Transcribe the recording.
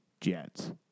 Jets